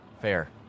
Fair